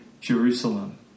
Jerusalem